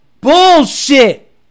Bullshit